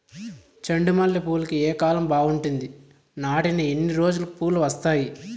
చెండు మల్లె పూలుకి ఏ కాలం బావుంటుంది? నాటిన ఎన్ని రోజులకు పూలు వస్తాయి?